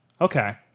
Okay